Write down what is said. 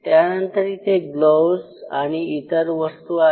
त्यानंतर इथे ग्लोवज आणि इतर वस्तू आहेत